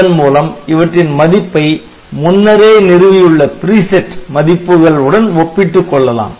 இதன் மூலம் இவற்றின் மதிப்பை முன்னரே நிறுவியுள்ள மதிப்புகள் உடன் ஒப்பிட்டுக் கொள்ளலாம்